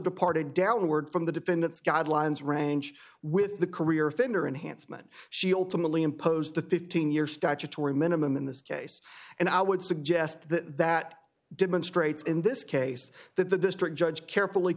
departed downward from the defendant's guidelines range with the career offender and handsome and she ultimately imposed a fifteen year statutory minimum in this case and i would suggest that demonstrates in this case that the district judge carefully